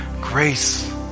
grace